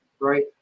right